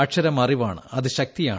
അക്ഷരം അറിവാണ് അത് ശക്തിയാണ്